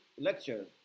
lecture